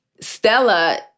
Stella—